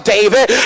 David